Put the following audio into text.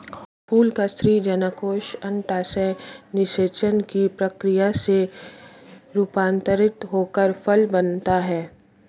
फूल का स्त्री जननकोष अंडाशय निषेचन की प्रक्रिया से रूपान्तरित होकर फल बनता है